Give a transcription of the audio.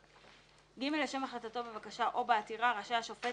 (ג) לשם החלטתו בבקשה או בעתירה רשאי השופט